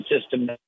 system